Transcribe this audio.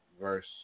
Verse